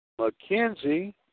McKenzie